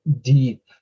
deep